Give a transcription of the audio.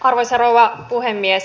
arvoisa rouva puhemies